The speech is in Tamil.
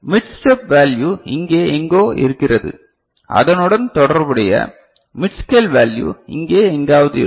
மிட் ஸ்டெப் வேல்யு இங்கே எங்கோ இருக்கிறது அதனுடன் தொடர்புடைய மிட் ஸ்கேல் வேல்யு இங்கே எங்காவது இருக்கும்